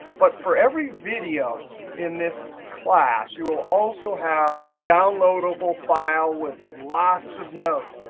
but for every video in this class you will also have a downloadable file with lots of notes.